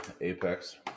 Apex